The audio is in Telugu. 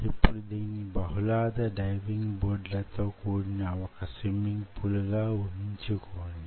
ఇప్పుడు దీన్ని బహుళార్థ డైవింగ్ బోర్డ్లతో కూడిన వొక స్విమ్మింగ్ పూల్ గా వూహించుకొండి